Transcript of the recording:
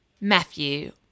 Matthew